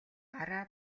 гараа